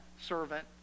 servant